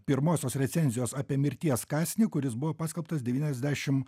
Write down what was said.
pirmosios recenzijos apie mirties kąsnį kuris buvo paskelbtas devyniasdešimt